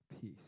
peace